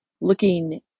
Looking